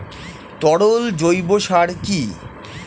তরল জৈব সার কি?